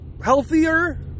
healthier